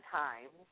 time